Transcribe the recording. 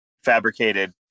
fabricated